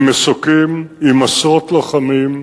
עם מסוקים, עם עשרות לוחמים,